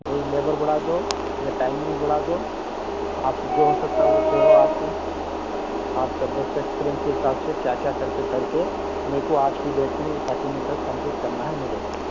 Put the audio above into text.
وہی لیبر بڑھا دو یا ٹائیمنگ بڑھا دو آپ سے جو ہو سکتا ہے وہ کرو آپ کی آپ کا بیسٹ ایکسپیرینس کے حساب سے کیا کیا کرتے کر کے میرے کو آج کے دیٹ میں وہ تھٹی میٹرس کمپلیٹ کرنا ہے میرے کو